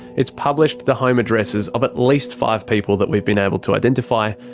it's published the home addresses of at least five people that we've been able to identify,